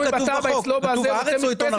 כתוב בחוק כתוב "הארץ" או כתוב "עיתון ארצי"?